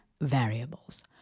variables